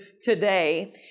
today